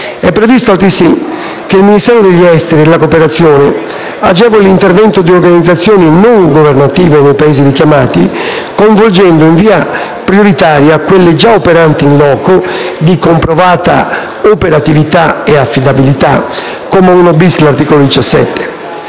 È previsto altresì che il Ministro degli esteri e della cooperazione agevoli l'intervento di organizzazioni non governative nei Paesi richiamati, coinvolgendo in via prioritaria quelle già operanti in loco di comprovata affidabilità e operatività (comma l-*bis*, articolo 17).